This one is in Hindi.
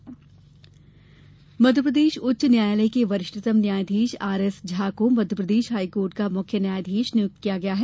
मप्र हाईकोर्ट मध्यप्रदेश उच्च न्यायालय के वरिष्ठतम न्यायाधीश आरएसझा को मध्यप्रदेश हाईकोर्ट का मुख्य न्यायाधीश नियुक्त किया गया है